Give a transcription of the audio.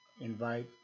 invite